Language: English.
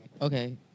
Okay